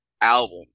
album